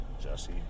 Jesse